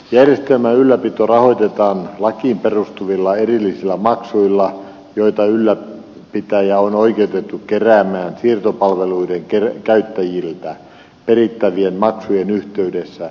järjestelmän ylläpito rahoitetaan lakiin perustuvilla erillisillä maksuilla joita ylläpitäjä on oikeutettu keräämään siirtopalveluiden käyttäjiltä perittävien maksujen yhteydessä